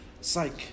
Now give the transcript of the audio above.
Psych